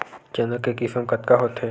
चना के किसम कतका होथे?